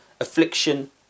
affliction